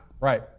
Right